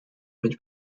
which